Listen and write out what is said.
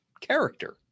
character